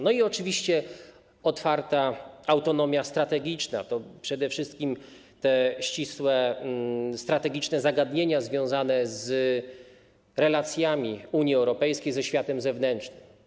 No i oczywiście otwarta autonomia strategiczna, to przede wszystkim ścisłe strategiczne zagadnienia związane z relacjami Unii Europejskiej ze światem zewnętrznym.